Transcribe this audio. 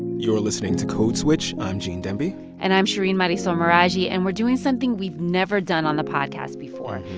you are listening to code switch. i'm gene demby and i'm shereen marisol meraji. and we're doing something we've never done on the podcast before.